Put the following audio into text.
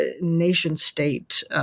nation-state